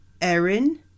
Erin